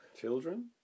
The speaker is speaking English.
Children